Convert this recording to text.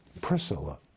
Priscilla